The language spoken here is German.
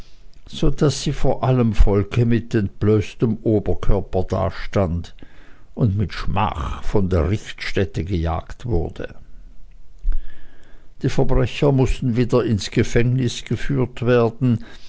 so daß sie vor allem volke mit entblößtem oberkörper dastand und mit schmach von der richtstätte gejagt wurde die verbrecher mußten wieder ins gefängnis geführt werden